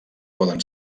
poden